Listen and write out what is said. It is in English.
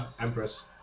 empress